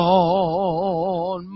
on